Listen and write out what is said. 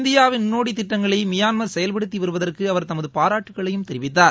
இந்தியாவின் முன்னோடி திட்டங்களை மியான்மர் செயல்படுத்தி வருவதற்கு அவர் தமது பாராட்டுகளையும் தெரிவித்தார்